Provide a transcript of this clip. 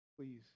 please